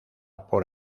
por